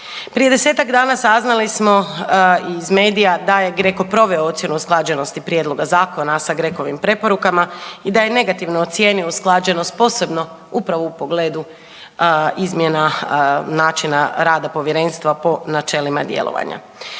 Prije 10-tak dana saznali smo iz medija da je GRECO proveo ocjenu usklađenosti Prijedloga zakona sa GRECO-vim preporukama i da je negativno ocijenio usklađenost posebno upravo u pogledu izmjena načina rada Povjerenstva po načelima djelovanja.